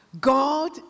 God